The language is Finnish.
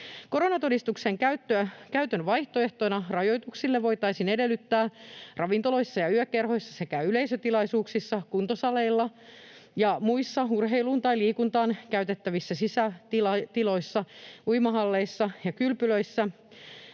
Koronatodistuksen käyttöä vaihtoehtona rajoituksille voitaisiin edellyttää ravintoloissa ja yökerhoissa sekä yleisötilaisuuksissa, kuntosaleilla ja muissa urheiluun tai liikuntaan käytettävissä sisätiloissa, uimahalleissa ja kylpylöissä,